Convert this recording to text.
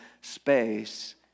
space